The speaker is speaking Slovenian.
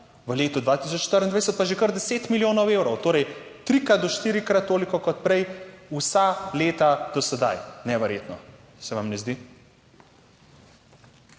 v letu 2024 pa že kar deset milijonov evrov; torej, trikrat do štirikrat toliko kot prej vsa leta do sedaj. Neverjetno, se vam ne zdi?